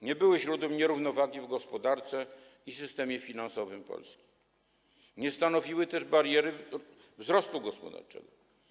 Nie były źródłem nierównowagi w gospodarce i systemie finansowym Polski, nie stanowiły też bariery wzrostu gospodarczego.